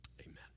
amen